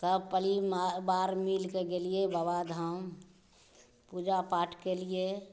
सब पलिवार मिलके गेलियै बाबाधाम पूजापाठ केलियै